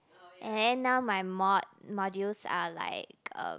and then now my mod modules are like uh